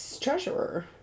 treasurer